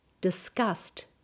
Disgust